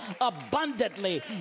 abundantly